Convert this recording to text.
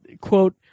quote